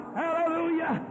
hallelujah